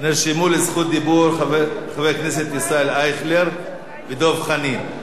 נרשמו לזכות דיבור חברי הכנסת ישראל אייכלר ודב חנין.